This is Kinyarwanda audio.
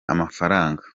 amafaranga